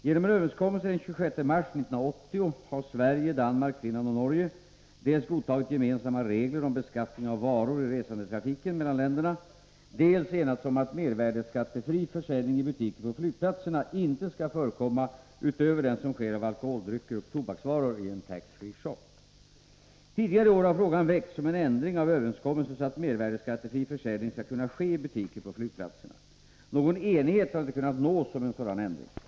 Genom en överenskommelse den 26 mars 1980 har Sverige, Danmark, Finland och Norge dels godtagit gemensamma regler om beskattningen av varor i resandetrafiken mellan länderna, dels enats om att mervärdeskattefri försäljning i butiker på flygplatserna inte skall förekomma utöver den som sker av alkoholdrycker och tobaksvaror i en ”tax-free shop”. Tidigare i år har frågan väckts om en ändring av överenskommelsen, så att mervärdeskattefri försäljning skall kunna ske i butiker på flygplatserna. Någon enighet har inte kunnat nås om en sådan ändring.